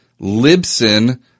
libsyn